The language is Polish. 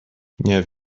nie